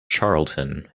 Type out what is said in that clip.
charlton